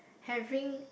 having